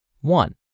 one